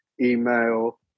email